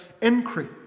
increase